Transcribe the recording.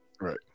right